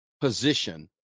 position